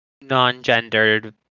non-gendered